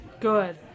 Good